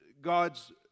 God's